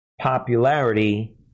popularity